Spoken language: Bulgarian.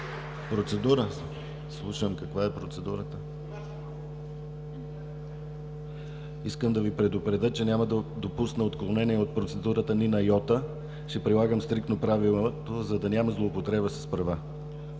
ГЛАВЧЕВ: Слушам каква е процедурата. Искам да Ви предупредя, че няма да допусна отклонение от процедурата ни на йота, ще прилагам стриктно правилото, за да няма злоупотреба с права.